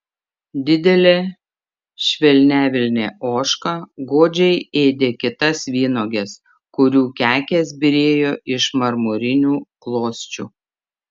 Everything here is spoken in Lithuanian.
didelė švelniavilnė ožka godžiai ėdė kitas vynuoges kurių kekės byrėjo iš marmurinių klosčių